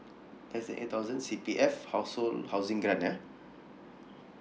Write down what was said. as in eight thousand C_P_F household housing grant yeah